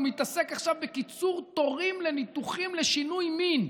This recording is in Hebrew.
הוא מתעסק עכשיו בקיצור תורים לניתוחים לשינוי מין,